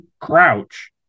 crouch